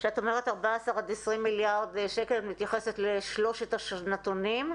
כשאת אומרת 14 עד 20 מיליארד שקל את מתייחסת לשלושת השנתונים?